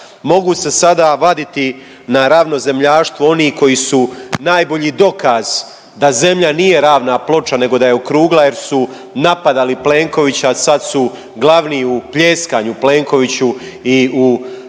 Mogu se sada vaditi na ravnozemljaštvo oni koji su najbolji dokaz da zemlja nije ravna ploča nego da je okrugla jer su napadali Plenkovića, a sad su glavni i pljeskanju Plenkoviću i u navijanju